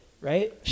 right